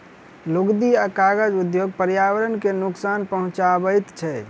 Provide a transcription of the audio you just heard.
लुगदी आ कागज उद्योग पर्यावरण के नोकसान पहुँचाबैत छै